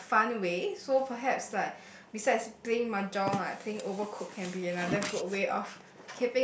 in a fun way so perhaps like besides playing mahjong like playing overcook can be another good way of